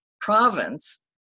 province